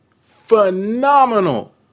Phenomenal